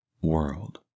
world